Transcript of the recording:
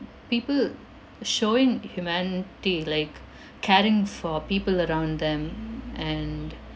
people showing humanity like caring for people around them and